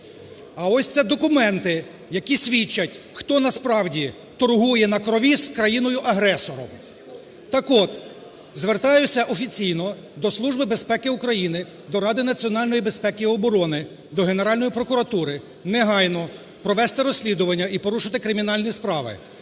А ось це документи, які свідчать, хто насправді торгує на крові з країною-агресором. Так от, звертаюся офіційно до Служби безпеки України, до Ради національної безпеки і оборони, до Генеральної прокуратури, негайно провести розслідування і порушити кримінальні справи